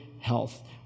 health